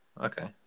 Okay